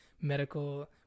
medical